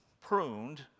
pruned